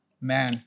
man